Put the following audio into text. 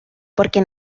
porque